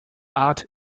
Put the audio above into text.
art